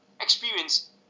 experience